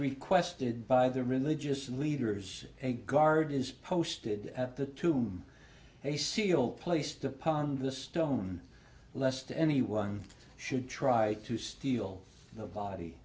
requested by the religious leaders a guard is posted at the tomb they seal placed upon the stone lest anyone should try to steal the body